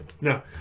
No